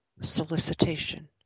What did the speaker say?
solicitation